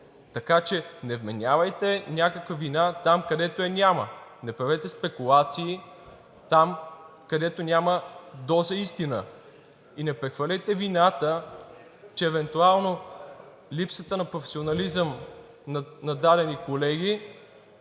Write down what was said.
Така че не вменявайте някаква вина там, където я няма, не правете спекулации там, където няма доза истина, и не прехвърляйте вината, че евентуално липсата на професионализъм на дадени колеги